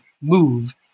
move